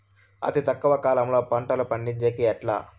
అతి తక్కువ కాలంలో పంటలు పండించేకి ఎట్లా?